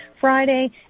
Friday